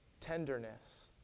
tenderness